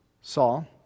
Saul